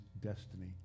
destiny